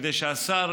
כדי שהשר,